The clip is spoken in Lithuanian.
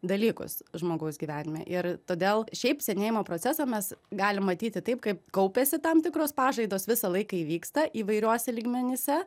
dalykus žmogaus gyvenime ir todėl šiaip senėjimo procesą mes galim matyti taip kaip kaupiasi tam tikros pažaidos visą laiką įvyksta įvairiuose lygmenyse